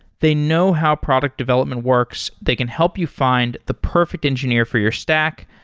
they know how product development works. they can help you find the perfect engineer for your stack,